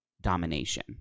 domination